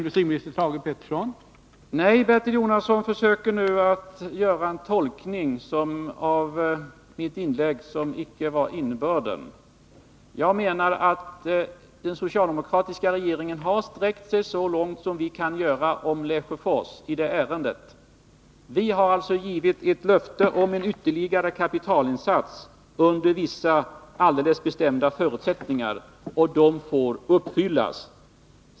Herr talman! Bertil Jonasson försöker nu göra en tolkning av mitt inlägg som icke överstämmer med dettas innebörd. Jag menar att den socialdemokratiska regeringen har sträckt sig så långt som vi kan göra i Lesjöforsärendet. Vi har givit ett löfte om en ytterligare kapitalinsats under vissa alldeles bestämda förutsättningar, och de måste uppfyllas.